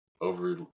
over